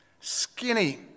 skinny